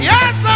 Yes